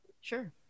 Sure